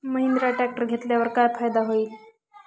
Mahindra tractor घेतल्यावर काय फायदा होईल?